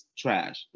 trash